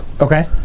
Okay